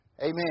Amen